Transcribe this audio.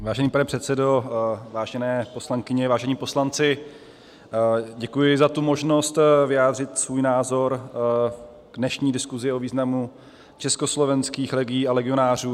Vážený pane předsedo, vážené poslankyně, vážení poslanci, děkuji za možnost vyjádřit svůj názor v dnešní diskusi o významu československých legií a legionářů.